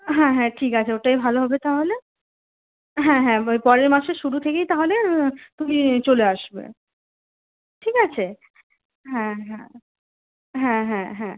হ্যাঁ হ্যাঁ ঠিক আছে ওটাই ভালো হবে তাহলে হ্যাঁ হ্যাঁ পরের মাসের শুরু থেকেই তাহলে তুমি চলে আসবে ঠিক আছে হ্যাঁ হ্যাঁ হ্যাঁ হ্যাঁ হ্যাঁ